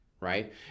right